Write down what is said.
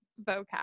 vocab